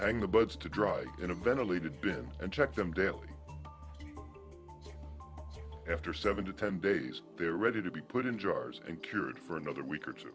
leaps and the buds to dry in a ventilated bin and check them daily after seven to ten days they are ready to be put in jars and cured for another week or two